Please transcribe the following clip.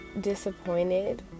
disappointed